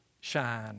shine